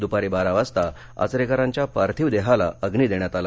दुपारी बारा वाजता आचरेकरांच्या पार्थिव देहाला अग्नि देण्यात आला